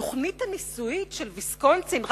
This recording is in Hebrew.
התוכנית הניסויית של ויסקונסין,